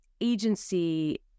agency